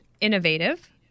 innovative